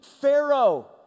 Pharaoh